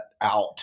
out